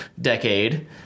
decade